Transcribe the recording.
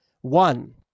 One